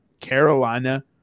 Carolina